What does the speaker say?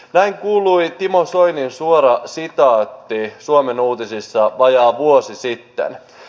näin kuului timo soinin suora sitaatti suomen uutisissa vajaa vuosi sitten